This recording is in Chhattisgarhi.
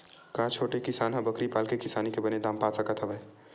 का छोटे किसान ह बकरी पाल के किसानी के बने दाम पा सकत हवय?